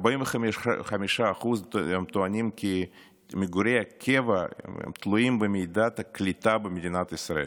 45% טוענים כי מגורי הקבע תלויים במידת הקליטה במדינת ישראל.